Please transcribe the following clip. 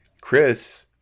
Chris